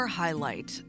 highlight